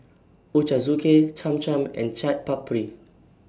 Ochazuke Cham Cham and Chaat Papri